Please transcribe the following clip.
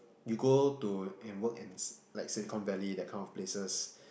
you go to and work in SI~ like Silicon-Valley that kind of places